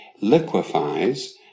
liquefies